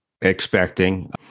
expecting